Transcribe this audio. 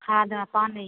खाद पानी